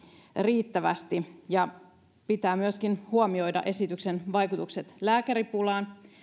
riittävästi pitää myöskin huomioida esityksen vaikutukset lääkäripulaan